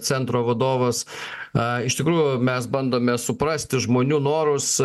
centro vadovas a iš tikrųjų mes bandome suprasti žmonių norus